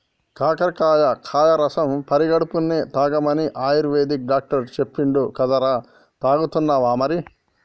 కాకరకాయ కాయ రసం పడిగడుపున్నె తాగమని ఆయుర్వేదిక్ డాక్టర్ చెప్పిండు కదరా, తాగుతున్నావా మరి